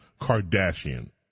Kardashian